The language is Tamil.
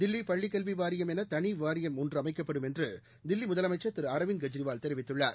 தில்லிபள்ளிக்கல்விவாரியம் எனதனிவாரியம் ஒன்றுஅமைக்கப்படும் என்றுதில்லிமுதலமைச்சர் திருஅரவிந்த் கெஜ்ரிவால் தெரிவித்துள்ளார்